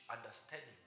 understanding